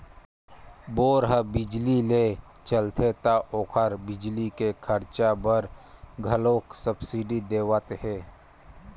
bore ह बिजली ले चलथे त ओखर बिजली के खरचा बर घलोक सब्सिडी देवत हे